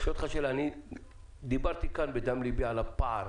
אני שואל אותך שאלה דיברתי כאן מדם ליבי על הפער